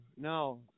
no